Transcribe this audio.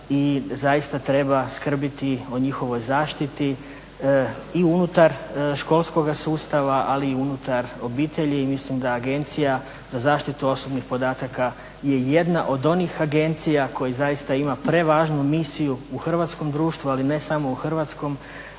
zaista treba skrbiti o njihovoj zaštiti i unutar školskoga sustava ali i unutar obitelji. Mislim da Agencija za zaštitu osobnih podataka je jedna od onih agencija koja zaista ima prevažnu misiju u hrvatskom društvu ali ne samo u hrvatskom